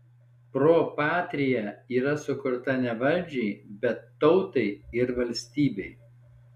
pro patria yra sukurta ne valdžiai bet tautai ir valstybei